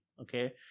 okay